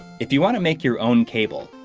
if you want to make your own cable,